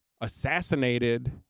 assassinated